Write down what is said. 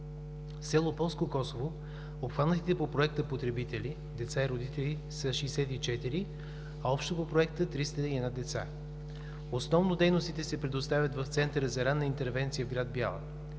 село Полско Косово обхванатите по Проекта потребители – деца и родители, са 64, а общо по Проекта – 301 деца. Основно дейностите се предоставят в Центъра за ранна интервенция в град Бяла.